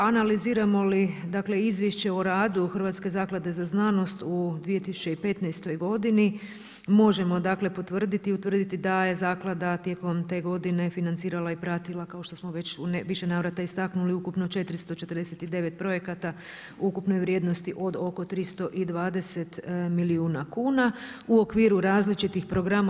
Analiziramo li izvješće o radu Hrvatske zaklade za znanost u 2015. godini možemo potvrditi i utvrditi da je Zaklada tijekom te godine financirala i pratila kao što smo već u više navrata istaknuli ukupno 449 projekata ukupne vrijednosti od oko 320 milijuna kuna u okviru različitih programa.